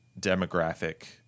demographic